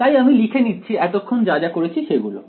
তাই আমি লিখে নিচ্ছি এতক্ষণ যা যা করেছি সেগুলো